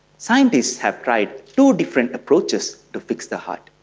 scientists have tried two different approaches to fix the heart.